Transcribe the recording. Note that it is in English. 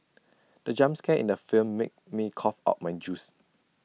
the jump scare in the film made me cough out my juice